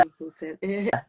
important